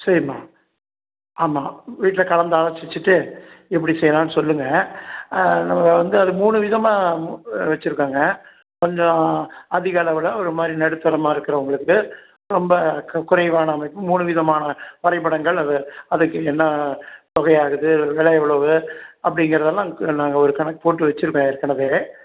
சரிம்மா ஆமாம் வீட்டில் கலந்து ஆலோசிச்சிவிட்டு எப்படி செய்யலாம்னு சொல்லுங்கள் அதனால் வந்து அது மூணு விதமாக வச்சுருக்கோம்ங்க கொஞ்சம் அதிக அளவில் ஒரு மாதிரி நடுத்தரமாக இருக்கிறவங்களுக்கு ரொம்ப குறைவான அமைப்பு மூணு விதமான வரைபடங்கள் அது அதுக்கு என்ன தொகையாகுது விலை எவ்வளவு அப்படிங்கிறதெல்லாம் நாங்கள் ஒரு கணக்கு போட்டு வச்சுருக்கோம் ஏற்கனவே